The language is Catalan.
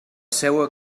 seua